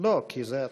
לא, כי זה התקנון.